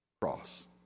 cross